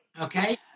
Okay